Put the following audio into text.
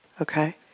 okay